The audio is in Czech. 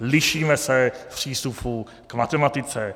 Lišíme se v přístupu k matematice.